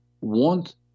want